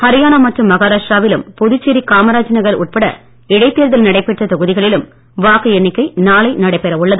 ஹரியானா மற்றும் மகாராஷ்டிராவிலும் புதுச்சேரி காமராஜ் நகர் இடைத் தேர்தல் நடைபெற்ற தொகுதிகளிலும் வாக்கு உட்பட எண்ணிக்கை நாளை நடைபெற உள்ளது